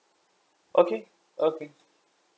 okay okay